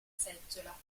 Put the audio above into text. seggiola